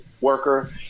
worker